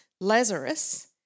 Lazarus